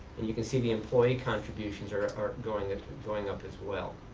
and you can see the employee contributions are ah are going and going up as well